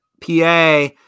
PA